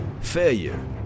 Failure